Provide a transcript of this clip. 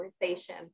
conversation